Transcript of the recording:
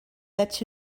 let